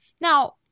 now